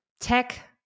Tech